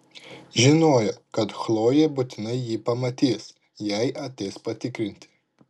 žinojo kad chlojė būtinai jį pamatys jei ateis patikrinti